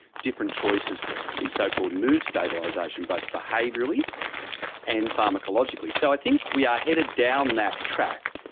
different choices in so-called mood stabilisation both behaviourally and pharmacologically. so i think we are headed down that track.